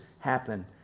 Happen